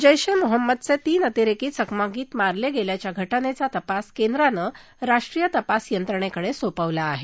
जैश ए मोहम्मदवे तीन अतिरेकी चकमकीत मारले गेल्याच्या घटनेचा तपास केंद्रानं राष्ट्रीय तपास यंत्रणेकडे सोपवला आहे